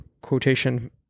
quotation